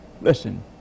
Listen